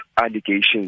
allegations